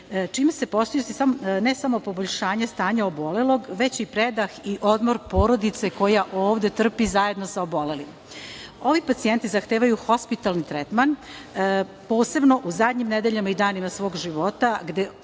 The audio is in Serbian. čime se postižu ne samo poboljšanje stanja obolelog, već i predah i odmor porodice koja ovde trpi zajedno sa obolelim. Ovi pacijenti zahtevaju hospitalni tretman, posebno u zadnjim nedeljama i danima svog života,